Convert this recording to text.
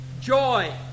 joy